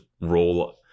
roll